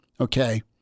Okay